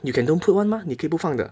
you can don't put [one] mah 你可以不放的